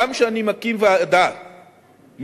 גם כשאני מקים ועדה מקצועית,